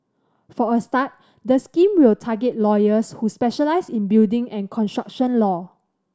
for a start the scheme will target lawyers who specialise in building and construction law